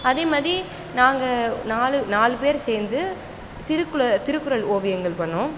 அதேமாதிரி நாங்கள் நாலு நாலு பேர் சேர்ந்து திருக்குள திருக்குறள் ஓவியங்கள் பண்ணிணோம்